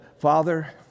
Father—